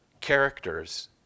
characters